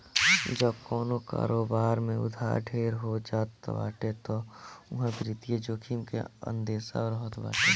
जब कवनो कारोबार में उधार ढेर हो जात बाटे तअ उहा वित्तीय जोखिम के अंदेसा रहत बाटे